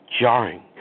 jarring